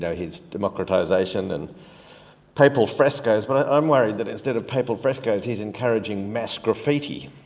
yeah his democratisation and papal frescoes. but i'm worried that instead of papal frescoes, he's encouraging mass graffiti,